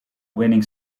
winning